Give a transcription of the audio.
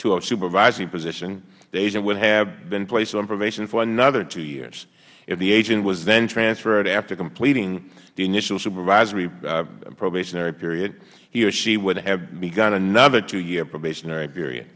to a supervisory position the agent would have been placed on probation for another two years if the agent was then transferred after completing the initial supervisory probationary period he or she would have begun another two year probationary period